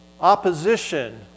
Opposition